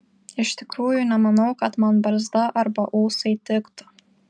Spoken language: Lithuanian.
iš tikrųjų nemanau kad man barzda arba ūsai tiktų